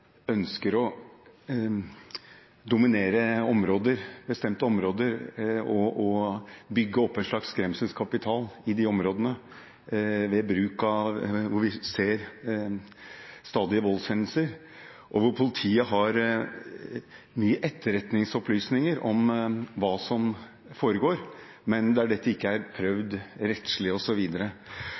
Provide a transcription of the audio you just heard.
ønsker å dominere bestemte områder og bygge opp en slags skremselskapital i de områdene, ved bruk av, som vi ser, stadige voldshendelser, og hvor politiet har mange etterretningsopplysninger om hva som foregår, men der dette ikke er prøvd rettslig.